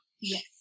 yes